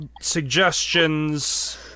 Suggestions